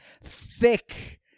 thick